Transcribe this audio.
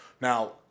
Now